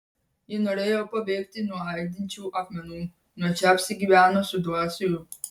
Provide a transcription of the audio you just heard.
ji norėjo pabėgti nuo aidinčių akmenų nuo čia apsigyvenusių dvasių